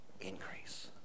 increase